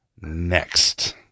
Next